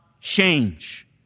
change